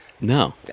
no